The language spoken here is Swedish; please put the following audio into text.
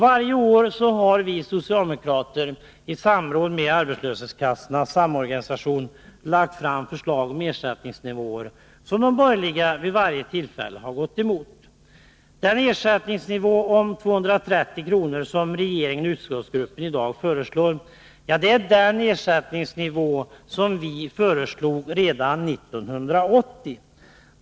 Varje år har vi socialdemokrater i samråd med arbetslöshetskassornas samorganisation lagt fram förslag om ersättningsnivåer som de borgerliga vid varje tillfälle har gått emot. Den ersättningsnivå om 230 kr. som regeringen och utskottsgruppen i dag föreslår är den ersättningsnivå vi föreslog redan 1980.